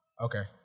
Okay